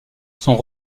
sont